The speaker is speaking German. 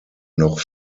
noch